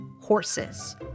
horses